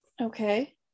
Okay